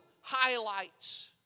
highlights